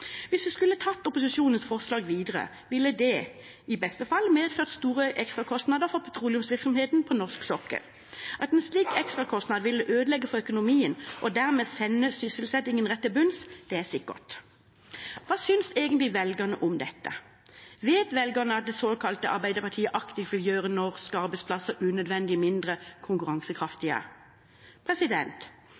Hvis vi skulle tatt opposisjonens forslag videre, ville det – i beste fall – medført store ekstrakostnader for petroleumsvirksomheten på norsk sokkel. At en slik ekstrakostnad ville ødelegge for økonomien, og dermed sende sysselsettingen rett til bunns, er sikkert. Hva synes egentlig velgerne om dette? Vet velgerne at det såkalte Arbeiderpartiet aktivt vil gjøre norske arbeidsplasser unødvendig mindre konkurransekraftige?